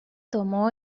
tomó